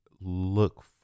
look